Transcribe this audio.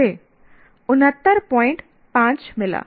मुझे 695 मिला